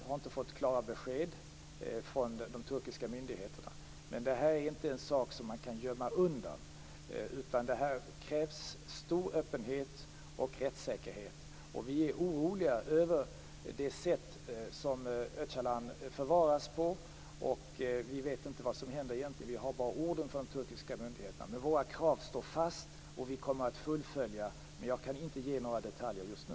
Vi har inte fått klara besked från de turkiska myndigheterna. Men detta är inte en sak som man kan gömma undan, utan det krävs stor öppenhet och rättssäkerhet. Och vi är oroliga över det sätt som Öcalan förvaras på, och vi vet inte vad som egentligen händer. Vi har bara de turkiska myndigheternas ord. Men våra krav står fast, och vi kommer att fullfölja detta. Men jag kan inte ge några detaljer just nu.